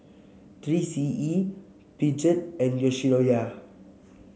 Three C E Peugeot and Yoshinoya